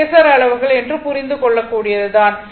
phasor அளவுகள் என்று புரிந்து கொள்ள கூடியது தான்